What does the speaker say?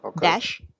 dash